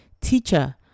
Teacher